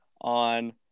on